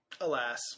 alas